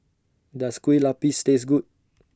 Does Kueh Lupis Taste Good